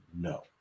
no